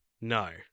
No